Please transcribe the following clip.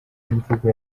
imvugo